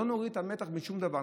לא נוריד את המתח משום דבר,